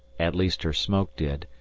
at least her smoke did,